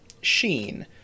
sheen